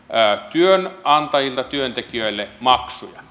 työnantajilta työntekijöille maksuja